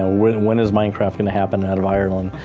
ah when when is mine craft gonna happen out of ireland?